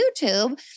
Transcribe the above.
YouTube